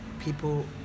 people